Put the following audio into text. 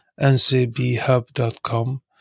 ncbhub.com